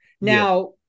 Now